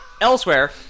Elsewhere